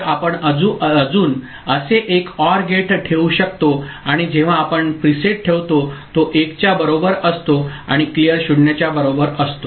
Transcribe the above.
तर आपण अजून असे एक OR गेट ठेवू शकतो आणि जेव्हा आपण प्रीसेट ठेवतो तो 1 च्या बरोबर असतो आणि क्लिअर 0 च्या बरोबर असतो